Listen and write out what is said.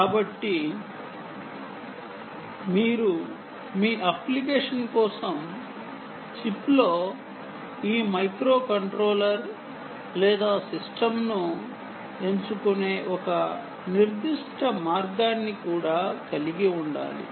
కాబట్టి మీరు మీ అప్లికేషన్ కోసం చిప్లో ఈ మైక్రోకంట్రోలర్ లేదా సిస్టమ్ను ఎంచుకునే ఒక నిర్దిష్ట మార్గాన్ని కూడా కలిగి ఉండాలి